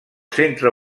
centre